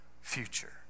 future